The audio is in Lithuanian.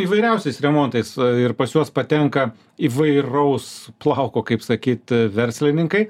įvairiausiais remontais ir pas juos patenka įvairaus plauko kaip sakyt verslininkai